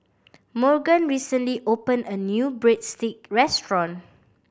Morgan recently opened a new Breadstick restaurant